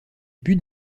buts